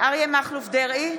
אריה מכלוף דרעי,